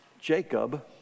Jacob